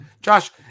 Josh